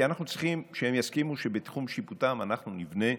כי אנחנו צריכים שהם יסכימו שבתחום שיפוטם אנחנו נבנה.